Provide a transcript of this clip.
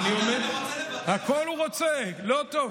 אתה רוצה לבטל,